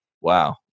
wow